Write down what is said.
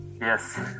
Yes